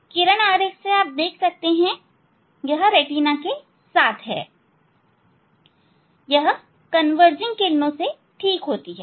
किरण आरेख से आप देख सकते हैं यह रेटिना के साथ है यह कन्वर्जिंग किरणों से ठीक होती हैं